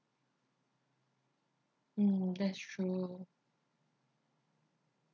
mm that's true